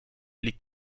liegt